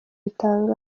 bitangaje